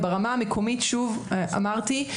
ברמה המקומית שוב אמרתי,